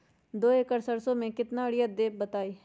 दो एकड़ सरसो म केतना यूरिया देब बताई?